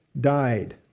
died